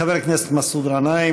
חבר הכנסת מסעוד גנאים,